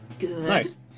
Nice